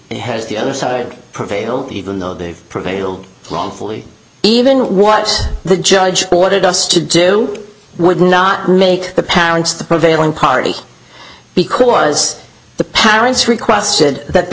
and has the other side prevail even though they prevailed wrongfully even what the judge ordered us to do would not make the parents the prevailing party because the parents requested that the